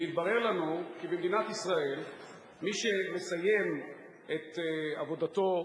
והתברר לנו כי במדינת ישראל מי שמסיים את עבודתו